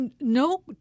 no